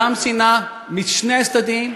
שנאה משני הצדדים,